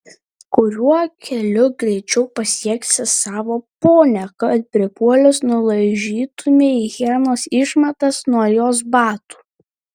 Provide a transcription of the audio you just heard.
kuriuo keliu greičiau pasieksi savo ponią kad pripuolęs nulaižytumei hienos išmatas nuo jos batų